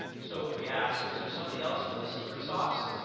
so if we ask, is there somebody else, with the secret sauce?